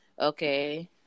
okay